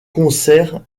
concerts